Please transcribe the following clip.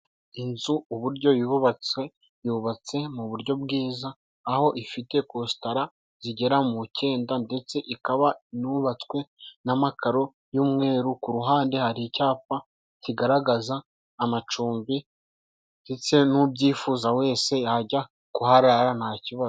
Inzu uburyo yubatse, yubatse mu buryo bwiza aho ifite kositara zigera mu ikenda, ndetse ikaba inubatswe namakaro y'umweru, ku ruhande hari icyapa kigaragaza amacumbi, ndetse n'ubyifuza wese yajya kuharara nta kibazo.